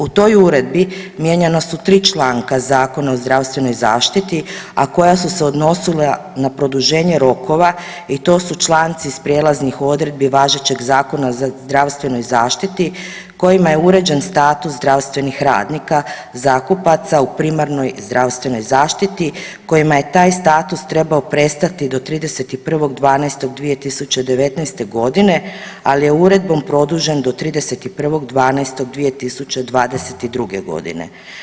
U toj uredbi mijenjana su 3 članka Zakona o zdravstvenoj zaštiti, a koja su se odnosila na produženje rokova i to su članci iz prijelaznih odredbi važećeg Zakona o zdravstvenoj zaštiti kojima je uređen status zdravstvenih radnika zakupaca u primarnoj zdravstvenoj zaštiti kojima je taj status trebao prestati do 31.12.2019., ali je uredbom produžen do 31.12.2022.g.